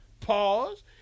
Pause